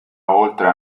oltre